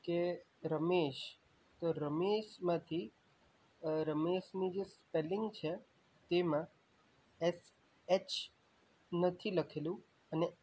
કે રમેશ તો રમેશમાંથી રમેશની જે સ્પેલિંગ છે તેમાં એસ એચ નથી લખેલું અને